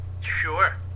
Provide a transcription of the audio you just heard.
Sure